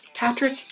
Patrick